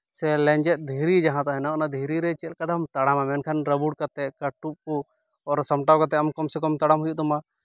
ᱥᱮ ᱞᱮᱸᱡᱮᱫ ᱫᱷᱤᱨᱤ ᱡᱟᱦᱟᱸ ᱛᱟᱦᱮᱱᱟ ᱚᱱᱟ ᱨᱮ ᱪᱮᱫᱞᱮᱠᱟᱛᱮᱢ ᱛᱟᱲᱟᱢᱟ ᱢᱮᱱᱠᱷᱟᱱ ᱨᱟᱵᱩᱲ ᱠᱟᱛᱮᱫ ᱠᱟᱹᱴᱩᱵ ᱠᱚ ᱚᱨ ᱥᱟᱢᱴᱟᱣ ᱠᱟᱛᱮᱫ ᱟᱢ ᱠᱚᱢ ᱥᱮ ᱠᱚᱢ ᱛᱟᱲᱟᱢ ᱦᱩᱭᱩᱜ ᱛᱟᱢᱟ